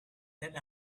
that